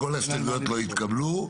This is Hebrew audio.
כל ההסתייגויות לא התקבלו.